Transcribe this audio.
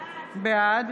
בעד